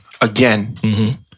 again